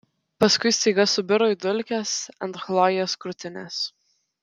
paskui staiga subiro į dulkes ant chlojės krūtinės